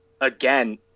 again